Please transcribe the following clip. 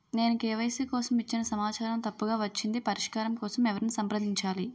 నేను కే.వై.సీ కోసం ఇచ్చిన సమాచారం తప్పుగా వచ్చింది పరిష్కారం కోసం ఎవరిని సంప్రదించాలి?